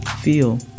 feel